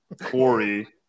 Corey